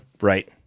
Right